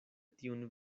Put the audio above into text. tiun